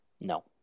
No